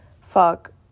fuck